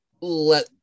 let